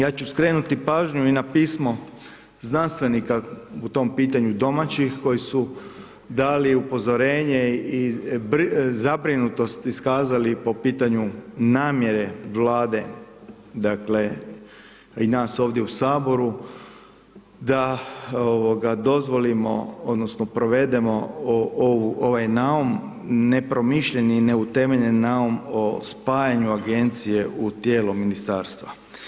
Ja ću skrenuti pažnju i na pismo znanstvenika u tom pitanju, domaćih, koji su dali upozorenje i zabrinutost iskazali po pitanju namjere Vlade, dakle i nas ovdje u Saboru da dozvolimo, odnosno provedemo ovaj naum, nepromišljeni i neutemeljeni naum o spajanju agencije u tijelo ministarstva.